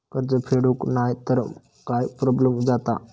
कर्ज फेडूक नाय तर काय प्रोब्लेम जाता?